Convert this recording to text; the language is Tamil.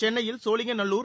சென்னையில் சோளிங்கநல்லூர்